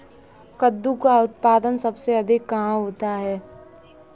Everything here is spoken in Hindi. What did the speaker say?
कद्दू का उत्पादन सबसे अधिक कहाँ होता है?